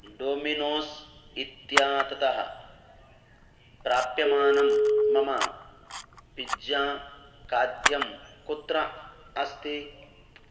Domino's इत्यततः प्राप्यमाणं मम पिज्जा खाद्यं कुत्र अस्ति